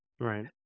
Right